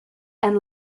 and